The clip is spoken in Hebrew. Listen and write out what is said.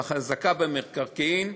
והחזקה במקרקעין,